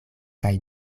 kaj